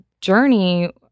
journey